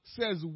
says